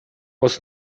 was